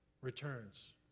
returns